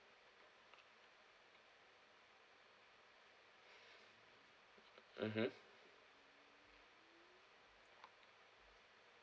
mmhmm